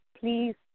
please